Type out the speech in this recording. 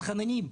מתחננים.